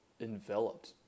enveloped